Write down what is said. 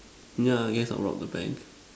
yeah guess I'll rob the bank